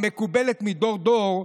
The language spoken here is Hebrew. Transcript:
המקובלת מדור דור,